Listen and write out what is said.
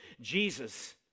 Jesus